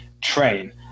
train